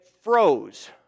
froze